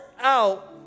out